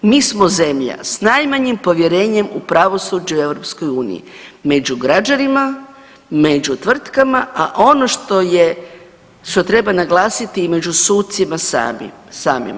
Mi smo zemlja s najmanjim povjerenjem u pravosuđe u EU, među građanima, među tvrtkama, a ono što je, što treba naglasiti, i među sucima samima.